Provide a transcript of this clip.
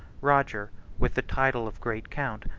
roger, with the title of great count,